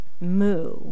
moo